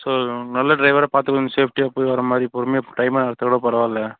so நல்ல டிரைவராக பார்த்து கொஞ்சம் சேஃப்டியாக போய் வரமாதிரி பொறுமையாக டைம்மாக எடுத்தா கூட பரவாயில்லை